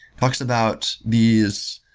talks about these